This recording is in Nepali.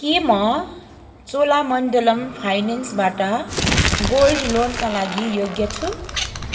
के म चोलामण्डलम फाइनेन्सबाट गोल्ड लोनका लागि योग्य छु